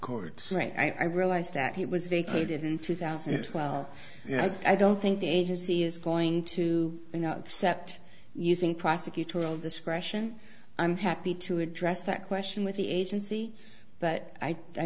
court right i realize that he was vacated in two thousand and twelve yet i don't think the agency is going to set using prosecutorial discretion i'm happy to address that question with the agency but i